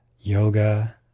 yoga